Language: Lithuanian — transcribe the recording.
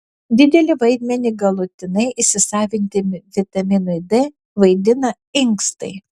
didelį vaidmenį galutinai įsisavinti vitaminui d vaidina inkstai